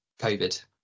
COVID